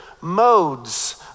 Modes